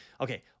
Okay